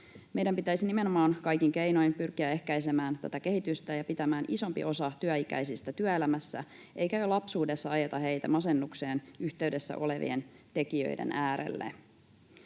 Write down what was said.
Meidän pitäisi nimenomaan kaikin keinoin pyrkiä ehkäisemään tätä kehitystä ja pitämään isompi osa työikäisistä työelämässä, eikä jo lapsuudessa ajeta heitä masennukseen yhteydessä olevien tekijöiden äärelle.